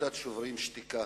עמותת "שוברים שתיקה",